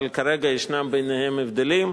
אבל כרגע ישנם ביניהם הבדלים.